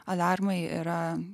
aliarmai yra